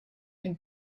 and